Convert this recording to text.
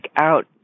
out